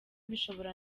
bishobora